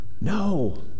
no